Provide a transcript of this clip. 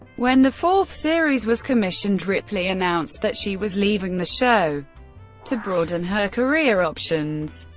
when the fourth series was commissioned, ripley announced that she was leaving the show to broaden her career options.